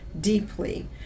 deeply